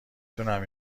تونم